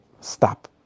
stop